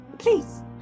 Please